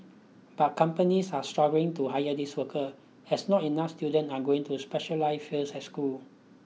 but companies are struggling to hire these worker as not enough student are going to specialized fields at school